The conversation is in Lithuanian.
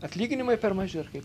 atlyginimai per maži ar kaip